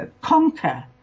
conquer